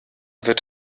wird